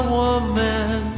woman